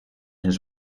his